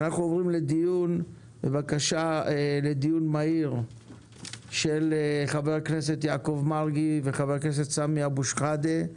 אנחנו עוברים לבקשה לדיון מהיר של חברי הכנסת יעקב מרגי וסמי אבו שחאדה,